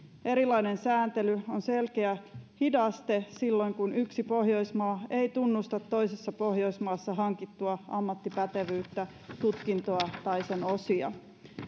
erilainen sääntely on selkeä hidaste silloin kun yksi pohjoismaa ei tunnusta toisessa pohjoismaassa hankittua ammattipätevyyttä tutkintoa tai sen osia